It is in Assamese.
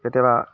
কেতিয়াবা